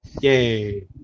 Yay